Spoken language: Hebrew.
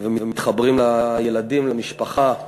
ומתחברים לילדים, למשפחה.